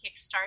kickstart